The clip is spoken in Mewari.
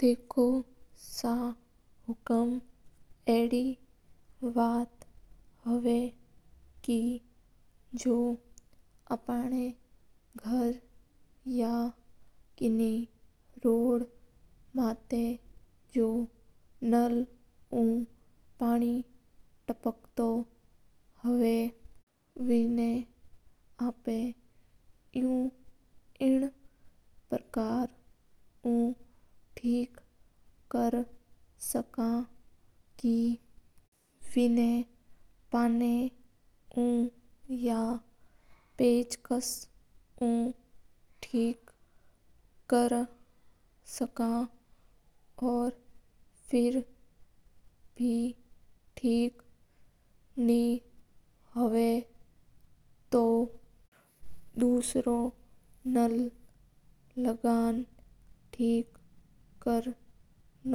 देखो सा हुकूम अडी बात हवा जो आपण गर या रोड माथाँ नल ऊ पानी टपकतो हवा उन ना आप एना पर्केर ऊ ठीक कर सका। बिन आप पास्केस ऊ बे ठीक कर सका हा। फिर बे ठीक नहीं हुवा तो बिन आप दसरो नल लगीनां ठीक कर